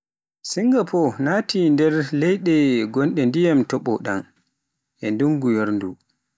Singapo naati nder leyde gonɗe ngdiyam toɓo ɗan e ndunngu yoorngu